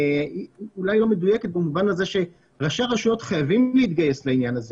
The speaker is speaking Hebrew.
אולי לא מדויקת במובן הזה שראשי הרשויות חייבים להתגייס לעניין הזה